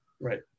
Right